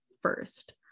first